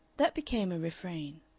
that became a refrain.